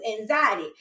anxiety